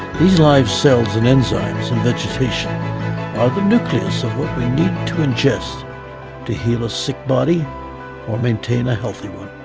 these live cells and enzymes in vegetation are the nucleus of what we need to ingest to heal a sick body or maintain a healthy one.